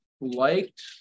liked